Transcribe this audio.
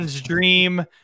dream